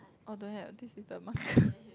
oh don't have this is the mark